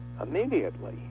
immediately